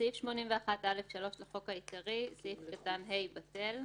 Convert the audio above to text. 3. בסעיף 81א3 לחוק העיקרי, סעיף קטן (ה) בטל.